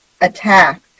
attack